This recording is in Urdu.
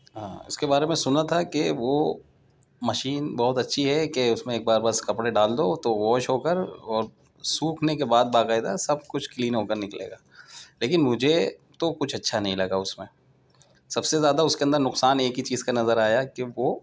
ہاں اس کے بارے میں سنا تھا کہ وہ مشین بہت اچھی ہے کہ اس میں ایک بار بس کپڑے ڈال دو تو واش ہو کر اور سوکھنے کے بعد با قاعدہ سب کچھ کلین ہو کر نکلے گا لیکن مجھے تو کچھ اچھا نہیں لگا اس میں سب سے زیادہ اس کے اندر نقصان ایک ہی چیز کا نظر آیا کہ وہ